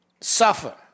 suffer